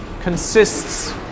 consists